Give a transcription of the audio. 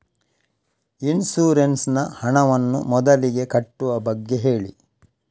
insurance ನ ಹಣವನ್ನು ಮೊದಲಿಗೆ ಕಟ್ಟುವ ಬಗ್ಗೆ ಹೇಳಿ